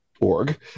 org